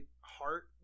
heart